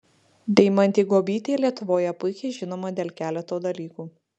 deimantė guobytė lietuvoje puikiai žinoma dėl keleto dalykų